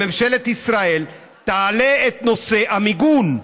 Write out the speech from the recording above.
בממשלת ישראל, תעלה את נושא המיגון.